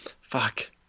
Fuck